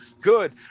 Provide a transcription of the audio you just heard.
Good